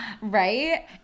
Right